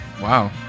Wow